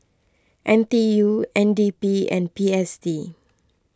N T U N D P and P S D